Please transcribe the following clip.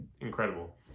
incredible